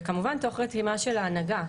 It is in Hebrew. וכמובן תוך רתימה של ההנהגה,